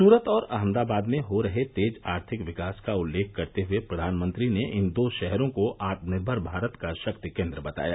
सूरत और अहमदाबाद में हो रहे तेज आर्थिक विकास का उल्लेख करते हुए प्रधानमंत्री ने इन दो शहरों को आत्मनिर्भर भारत का शक्ति केन्द्र बताया